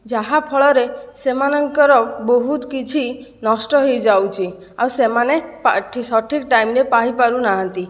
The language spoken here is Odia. ଯାହାଫଳରେ ସେମାନଙ୍କର ବହୁତ କିଛି ନଷ୍ଟ ହୋଇଯାଉଛି ଆଉ ସେମାନେ ସଠିକ୍ ଟାଇମରେ ପାଇ ପାରୁନାହାନ୍ତି